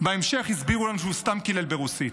בהמשך הסבירו לנו שהוא סתם קילל ברוסית.